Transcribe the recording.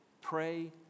pray